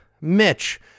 Mitch